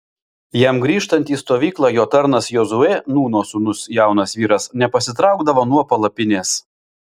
jam grįžtant į stovyklą jo tarnas jozuė nūno sūnus jaunas vyras nepasitraukdavo nuo palapinės